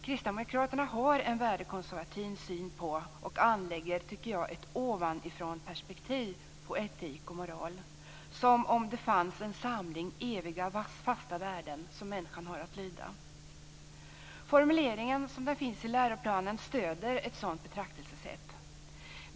Kristdemokraterna har en värdekonservativ syn på och anlägger ett ovanifrånperspektiv på etik och moral, som om det fanns en samling evigt fasta värden som människan har att lyda. Formuleringen som den återfinns i läroplanen stöder ett sådant betraktelsesätt.